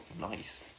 nice